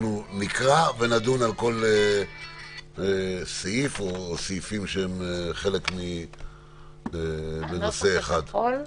אנחנו נקרא ונדון על כל סעיף או סעיפים שהם חלק מנושא אחד.